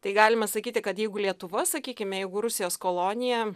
tai galima sakyti kad jeigu lietuva sakykime jeigu rusijos kolonija